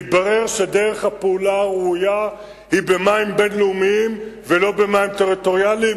התברר שדרך הפעולה הראויה היא במים בין-לאומיים ולא במים טריטוריאליים.